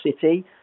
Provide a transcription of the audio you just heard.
City